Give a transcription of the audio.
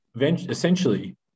essentially